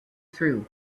through